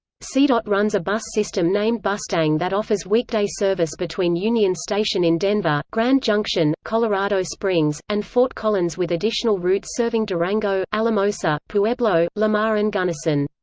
cdot runs a bus system named bustang that offers weekday service between union station in denver, grand junction, colorado springs, and fort collins with additional routes serving durango, alamosa, pueblo, lamar and gunnison.